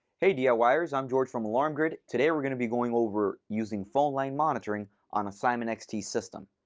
hey, dl wires. i'm george from alarm grid. today, we're going to be going over using phone line monitoring on a simon xt system.